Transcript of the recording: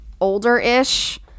older-ish